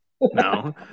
no